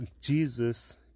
Jesus